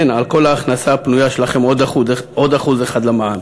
כן, על כל ההכנסה הפנויה שלכם עוד 1% למע"מ.